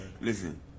Listen